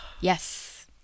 yes